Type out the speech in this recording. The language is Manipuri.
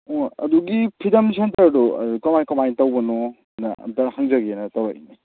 ꯑꯣ ꯑꯗꯨꯒꯤ ꯐꯤꯗꯝ ꯁꯦꯟꯇꯔꯗꯣ ꯀꯃꯥꯏ ꯀꯃꯥꯏ ꯇꯧꯕꯅꯣ ꯅ ꯑꯝꯇ ꯍꯪꯖꯒꯦꯅ ꯇꯧꯔꯛꯏꯅꯤ